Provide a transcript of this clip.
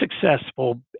successful